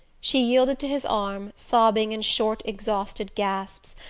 she yielded to his arm, sobbing in short exhausted gasps,